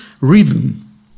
rhythm